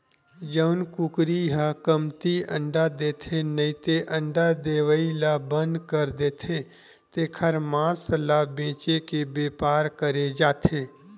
जउन कुकरी ह कमती अंडा देथे नइते अंडा देवई ल बंद कर देथे तेखर मांस ल बेचे के बेपार करे जाथे